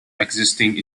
existing